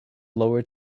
lower